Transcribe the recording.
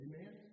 Amen